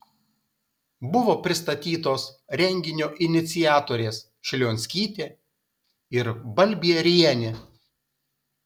buvo pristatytos renginio iniciatorės šlionskytė ir balbierienė